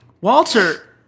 Walter